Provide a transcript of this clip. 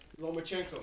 Lomachenko